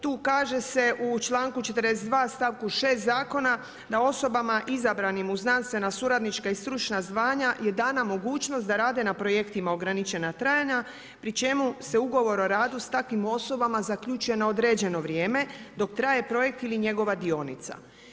Tu kaže se u čl. 42. st. 6. Zakona da osobama izabranim u znanstvena suradnička i stručna zvanja je dana mogućnost da rade na projektima ograničena trajanja, pri čemu se Ugovor o radu s takvim osobama zaključuje na određeno vrijeme dok traje projekt ili njegova dionica.